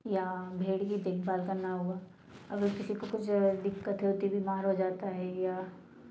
या भेड़ की देखभाल करना हुआ अगर किसी को कुछ दिक्कत होती बीमार हो जाता है या